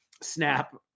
snap